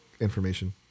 information